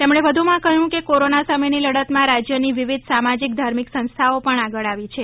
તેમણે વધુમાં કહ્યું કે કોરોના સામેની લડતમાં રાજ્યની વિવિધ સામાજિક ધાર્મિક સંસ્થાઓ પણ આગળ આવી છે